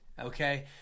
Okay